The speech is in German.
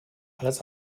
alles